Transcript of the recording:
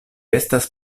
estas